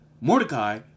Mordecai